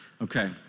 Okay